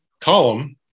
column